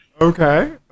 Okay